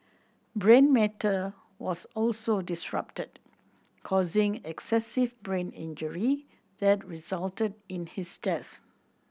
brain matter was also disrupted causing excessive brain injury that resulted in his death